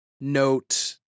note